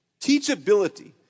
Teachability